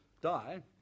die